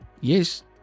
Yes